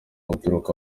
uturuka